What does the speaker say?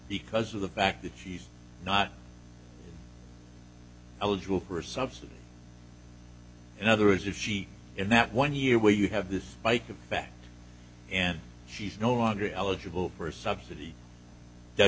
because of the fact that she's not eligible for a subsidy in other words if she in that one year where you have this mike effect and she's no longer eligible for a subsidy does